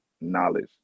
knowledge